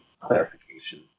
clarification